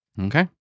Okay